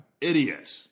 idiot